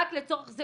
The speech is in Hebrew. רק לצורך זה